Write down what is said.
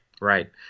right